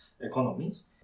economies